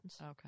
Okay